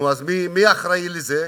אז מי אחראי לזה?